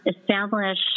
establish